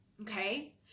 Okay